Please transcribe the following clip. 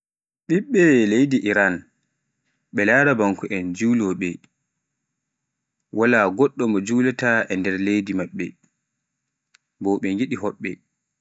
ɓiɓɓe leydi Iran ɓe larabanko'en Julowooɓe, wala ngoɗɗo mo julaata e nder leydi maɓɓe, bo ɓe giɗi hoɓɓe.